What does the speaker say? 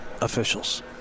officials